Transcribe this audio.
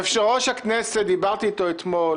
יושב-ראש הכנסת, דיברתי איתו אתמול.